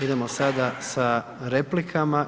Idemo sada sa replikama.